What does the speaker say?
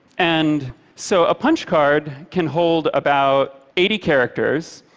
and so a punch card can hold about eighty characters,